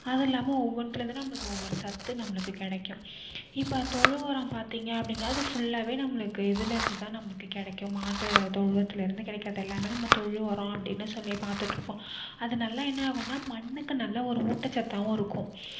அதுவும் இல்லாமல் ஒவ்வொன்றில் இருந்து ஒவ்வொரு சத்து நம்மளுக்கு கிடைக்கும் இப்போ தொழு உரம் பார்த்திங்க அப்படினா அது புல்லாவே நம்மளுக்கு இதில் இருந்து தான் நம்மளுக்கு கிடைக்கும் மாட்டு தொழுவத்தில் இருந்து கிடைக்கிறது எல்லாமே நம்ம தொழு உரம் அப்படினு சொல்லி பார்த்துட்டு இருப்போம் அது நல்லா என்ன ஆகும்னா மண்ணுக்கு நல்ல ஒரு ஊட்டச்சத்தாகவும் இருக்கும்